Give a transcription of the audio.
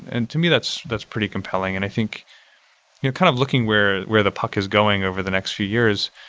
and to me, that's that's pretty compelling, and i think kind of looking where where the puck is going over the next few years,